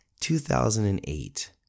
2008